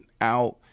out